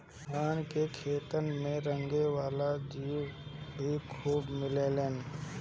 धान के खेतन में रेंगे वाला जीउ भी खूब मिलेलन